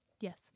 Yes